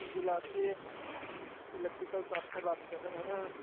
Gulati electrical shop से बात कर रहे हैं